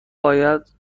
باید